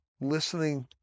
listening